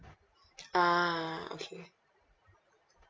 ah okay